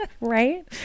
Right